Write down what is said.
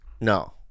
No